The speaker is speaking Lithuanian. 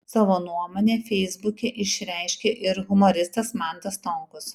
savo nuomonę feisbuke išreiškė ir humoristas mantas stonkus